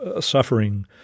suffering